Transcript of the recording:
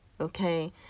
okay